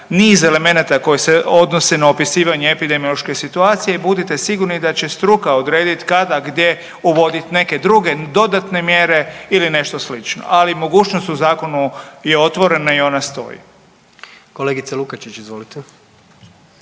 niz elemenata koje se odnose na opisivanje epidemiološke situacije i budite sigurni da će struka odrediti kada, gdje uvoditi neke druge dodatne mjere ili nešto slično, ali mogućnost u zakonu je otvorena i ona stoji. **Jandroković, Gordan